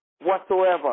whatsoever